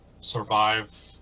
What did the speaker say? survive